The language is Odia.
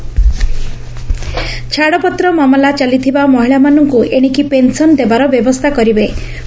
ଛାଡ଼ପତ୍ର ପେନ୍ସନ୍ ଛାଡ଼ପତ୍ର ମାମଲା ଚାଲିଥିବା ମହିଳାମାନଙ୍କୁ ଏଶିକି ପେନ୍ସନ୍ ଦେବାର ବ୍ୟବସ୍ରା କରିବେ ସରକାର